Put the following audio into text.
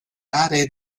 aree